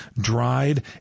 dried